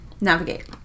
navigate